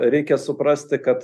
reikia suprasti kad